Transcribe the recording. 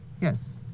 Yes